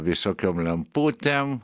visokiom lemputėm